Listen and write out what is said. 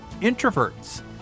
introverts